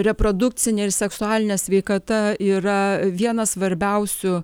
reprodukcinė ir seksualinė sveikata yra vienas svarbiausių